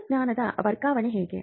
ತಂತ್ರಜ್ಞಾನದ ವರ್ಗಾವಣೆ ಹೇಗೆ